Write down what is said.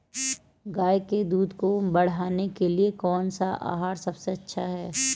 गाय के दूध को बढ़ाने के लिए कौनसा आहार सबसे अच्छा है?